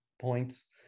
points